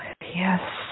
Yes